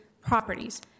properties